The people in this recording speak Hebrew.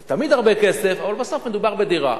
זה תמיד הרבה כסף, אבל בסוף מדובר בדירה.